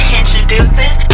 introducing